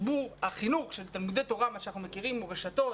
החינוך של תלמודי התורה כפי שאנחנו מכירים ברשתות